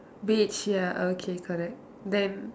beige ya okay correct then